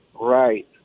Right